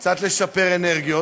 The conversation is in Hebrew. קצת לשפר אנרגיות.